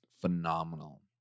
phenomenal